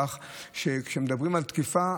כך שכשמדברים על תקיפה,